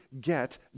get